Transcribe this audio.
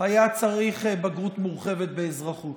היה צריך בגרות מורחבת באזרחות.